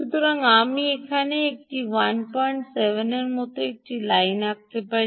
সুতরাং আমি এখানে একটি 17 এর মত একটি লাইন আঁকতে পারি